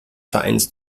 vereins